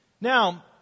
Now